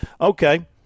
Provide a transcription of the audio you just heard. Okay